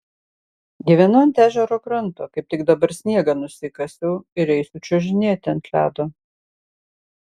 gyvenu ant ežero kranto kaip tik dabar sniegą nusikasiau ir eisiu čiuožinėti ant ledo